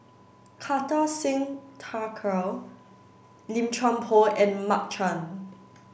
Kartar Singh Thakral Lim Chuan Poh and Mark Chan